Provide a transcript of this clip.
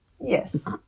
Yes